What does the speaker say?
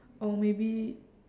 or maybe